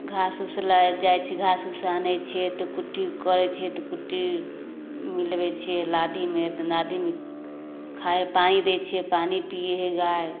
घास उसलए जाइ छै घास उस आनै छिए तऽ कुट्टी करै छिए तऽ कुट्टी मिलबै छिए लादिमे तऽ लादिमे खाइ पानी दै छिए पानी पिए हइ गाइ